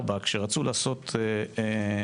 שם דווקא הרבה פעמים זה הולך לפי האבא.